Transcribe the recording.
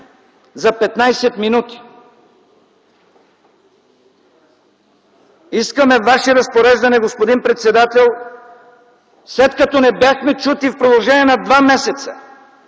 за 15 минути? Искаме Ваше разпореждане, господин председател, след като не бяхме чути в продължение на два месеца